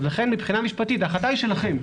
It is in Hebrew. לכן מבחינה משפטית ההחלטה שלכם.